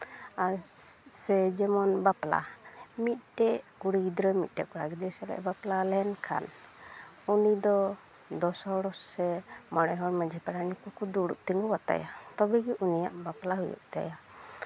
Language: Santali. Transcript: ᱟᱨ ᱥᱮ ᱡᱮᱢᱚᱱ ᱵᱟᱯᱞᱟ ᱢᱤᱫᱴᱮᱱ ᱠᱩᱲᱤ ᱜᱤᱫᱽᱨᱟᱹ ᱢᱤᱫᱴᱮᱱ ᱠᱚᱲᱟ ᱜᱤᱫᱽᱨᱟᱹ ᱥᱟᱞᱟᱜ ᱮ ᱵᱟᱯᱞᱟ ᱞᱮᱱᱠᱷᱟᱱ ᱩᱱᱤ ᱫᱚ ᱫᱚᱥ ᱦᱚᱲ ᱥᱮ ᱢᱚᱬᱮ ᱦᱚᱲ ᱢᱟᱹᱡᱷᱤ ᱯᱟᱨᱟᱱᱤᱠ ᱠᱚᱠᱚ ᱫᱩᱲᱩᱵᱽ ᱛᱤᱸᱜᱩ ᱟᱛᱟᱭᱟ ᱛᱚᱵᱮᱜᱮ ᱩᱱᱤᱭᱟᱜ ᱵᱟᱯᱞᱟ ᱦᱩᱭᱩᱜ ᱛᱟᱭᱟ